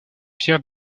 pierre